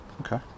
Okay